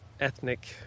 ethnic